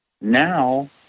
Now